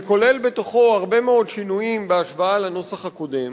שכולל בתוכו הרבה מאוד שינויים בהשוואה לנוסח הקודם,